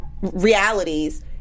realities